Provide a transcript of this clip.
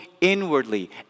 inwardly